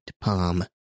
palm